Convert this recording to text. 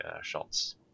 shots